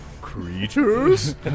creatures